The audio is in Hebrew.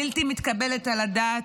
בלתי מתקבלת על הדעת,